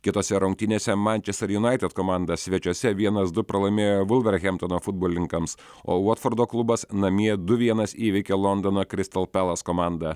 kitose rungtynėse mančester united komanda svečiuose vienas du pralaimėjo volverhamptono futbolininkams o vatfordo klubas namie du vienas įveikė londono crystal palace komandą